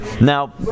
now